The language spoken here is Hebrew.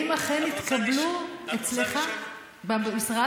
את רוצה לשאול,